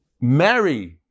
marry